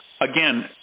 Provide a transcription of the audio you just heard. again